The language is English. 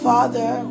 Father